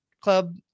club